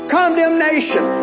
condemnation